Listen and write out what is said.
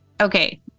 okay